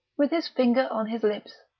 with his finger on his lips.